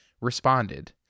responded